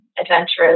adventurous